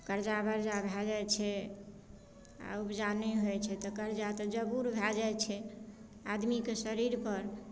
कर्जा बर्जा भए जाइत छै आ उपजा नहि होइत छै तऽ कर्जा तऽ जबूर भए जाइत छै आदमीके शरीरपर